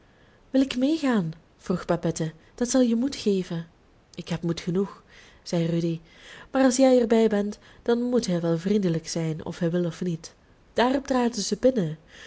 wil ik meegaan vroeg babette dat zal je moed geven ik heb moed genoeg zei rudy maar als jij er bij bent dan moet hij wel vriendelijk zijn of hij wil of niet daarop traden zij binnen